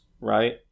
right